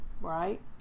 Right